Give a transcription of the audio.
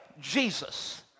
Jesus